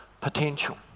potential